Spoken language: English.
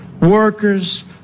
workers